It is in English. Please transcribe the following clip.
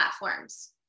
platforms